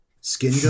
skin